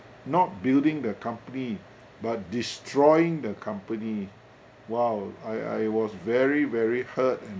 not building the company but destroying the company while I I was very very hurt and